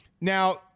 Now